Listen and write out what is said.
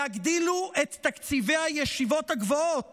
יגדילו את תקציבי הישיבות הגבוהות,